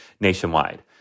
nationwide